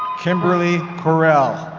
kimberly corell